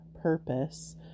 purpose